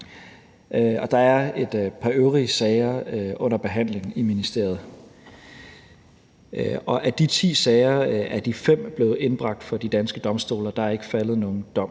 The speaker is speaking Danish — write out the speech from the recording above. Der er et par øvrige sager under behandling i ministeriet, og af de ti sager er de fem blevet